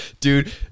Dude